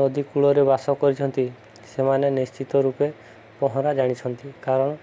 ନଦୀ କୂଳରେ ବାସ କରିଛନ୍ତି ସେମାନେ ନିଶ୍ଚିତ ରୂପେ ପହଁରା ଜାଣିଛନ୍ତି କାରଣ